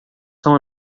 são